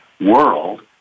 world